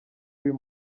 uyu